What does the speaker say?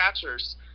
catchers